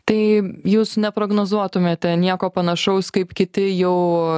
tai jūs neprognozuotumėte nieko panašaus kaip kiti jau